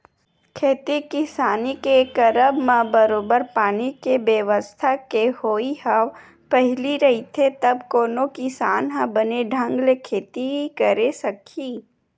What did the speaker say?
खेती किसानी के करब म बरोबर पानी के बेवस्था के होवई ह पहिली रहिथे तब कोनो किसान ह बने ढंग ले खेती करे सकही